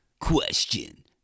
Question